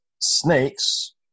snakes